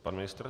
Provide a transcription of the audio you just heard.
Pan ministr?